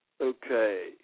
Okay